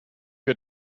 wir